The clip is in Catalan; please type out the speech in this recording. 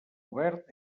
obert